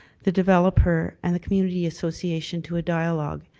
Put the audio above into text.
the developer, and the community association to a dialogue.